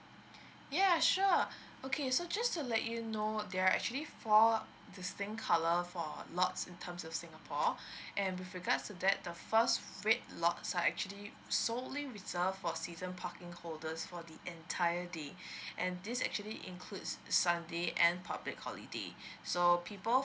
ya sure okay so just to let you know there are actually four this thing colour for lots in terms of singapore and with regards to that the first red lots are actually solely reserved for season parking holders for the entire day and this actually includes sunday and public holiday so people